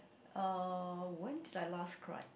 uh when did I last cry